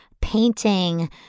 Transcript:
painting